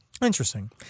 Interesting